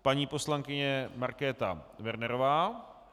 Paní poslankyně Markéta Wernerová.